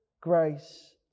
grace